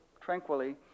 tranquilly